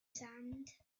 sand